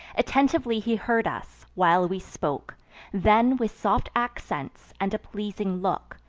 attentively he heard us, while we spoke then, with soft accents, and a pleasing look,